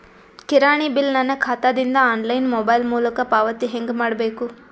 ಕಿರಾಣಿ ಬಿಲ್ ನನ್ನ ಖಾತಾ ದಿಂದ ಆನ್ಲೈನ್ ಮೊಬೈಲ್ ಮೊಲಕ ಪಾವತಿ ಹೆಂಗ್ ಮಾಡಬೇಕು?